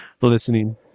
listening